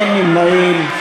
אין נמנעים.